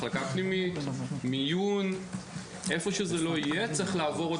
מחלקה פנימית או במיון הוא צריך לעבור עוד